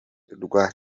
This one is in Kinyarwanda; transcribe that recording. rwa